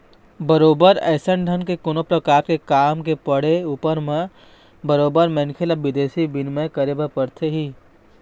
बरोबर अइसन ढंग के कोनो परकार के काम के पड़े ऊपर म बरोबर मनखे ल बिदेशी बिनिमय करे बर परथे ही